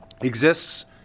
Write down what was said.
exists